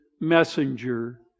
messenger